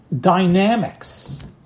dynamics